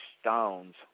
stones